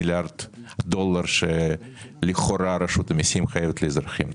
מיליארד דולר שלכאורה רשות המסים חייבת לאזרחים.